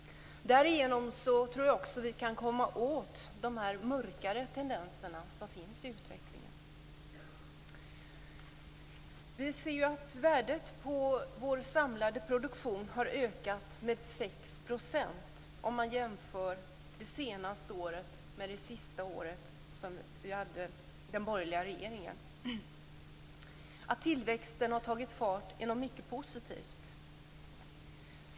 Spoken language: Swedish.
Därigenom tror jag vi kan komma åt de mörkare tendenser som finns i utvecklingen. Vi ser att värdet på vår samlade produktion har ökat med 6 % om man jämför det senaste året med det sista året som vi hade en borgerlig regering. Att tillväxten har tagit fart är något mycket positivt.